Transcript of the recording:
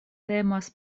temas